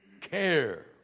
care